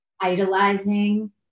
idolizing